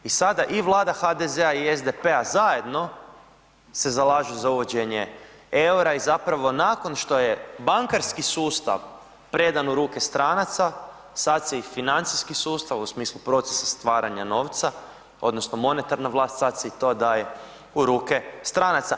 I sada i Vlada HDZ-a i SDP-a zajedno se zalažu zajedno za uvođenje EUR-a i zapravo nakon što je bankarski sustav predan u ruke stranaca, sad se i financijski sustav u smislu procesa stvaranja novca odnosno monetarna vlast, sad se i to daje u ruke stranaca.